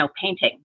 painting